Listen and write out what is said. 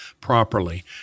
properly